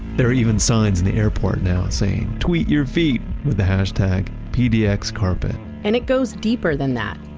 there are even signs in the airport now saying, tweet your feet with the hashtag pdxcarpet and it goes deeper than that.